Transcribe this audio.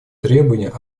требования